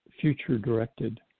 future-directed